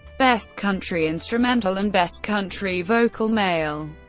best country instrumental and best country vocal, male.